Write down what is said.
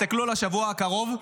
תסתכלו על השבוע הקרוב.